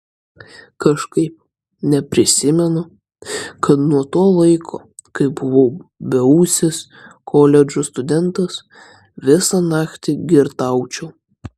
kažkaip neprisimenu kad nuo to laiko kai buvau beūsis koledžo studentas visą naktį girtaučiau